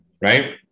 Right